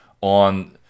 on